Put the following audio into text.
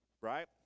right